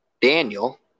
Daniel